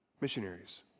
Missionaries